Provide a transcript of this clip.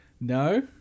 No